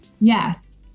Yes